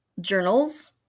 Journals